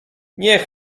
niech